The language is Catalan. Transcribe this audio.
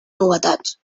novetats